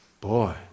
boy